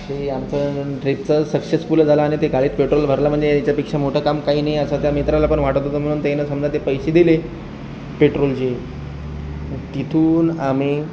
ते आमचं ट्रीपचं सक्सेसफुलच झालं आणि ते गाडीत पेट्रोल भरलं म्हणजे ह्याच्यापेक्षा मोठं काम काय नाही असं त्या मित्राला पण वाटत होतं म्हनून त्यानं समजा ते पैसे दिले पेट्रोलचे मग तिथून आम्ही